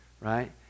right